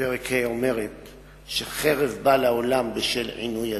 בפרק ה', אומרת שחרב באה לעולם בשל עינוי הדין.